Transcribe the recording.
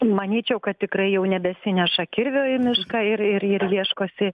manyčiau kad tikrai jau nebesineša kirvio į mišką ir ir ir ieškosi